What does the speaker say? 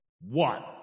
One